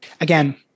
Again